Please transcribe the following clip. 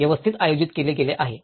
व्यवस्थित आयोजित केले गेले आहे